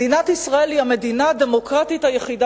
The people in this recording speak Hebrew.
מדינת ישראל היא המדינה הדמוקרטית היחידה